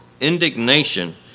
indignation